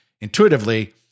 intuitively